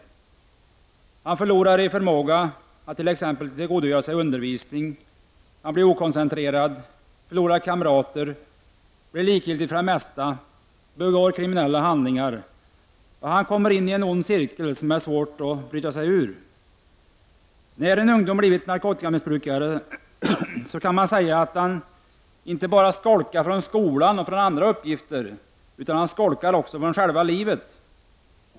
Han förlorar i förmåga att t.ex. tillgodogöra sig undervisning, blir okoncentrerad, förlorar kamrater, blir likgiltig för det mesta, begår kriminella handlingar och kommer in i en ond cirkel, som det är svårt att bryta sig ur. När en yngling har blivit narkotikamissbrukare, kan man säga att han inte bara har skolkat från skolan och från andra uppgifter, utan han skolkar från själva livet.